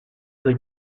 des